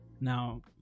Now